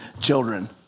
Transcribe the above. children